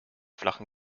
flachen